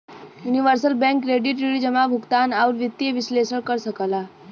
universal bank credit ऋण जमा, भुगतान, आउर वित्तीय विश्लेषण कर सकला